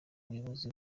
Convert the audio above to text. buyobozi